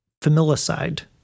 Familicide